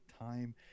time